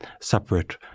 separate